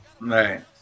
Right